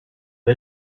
the